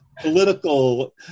political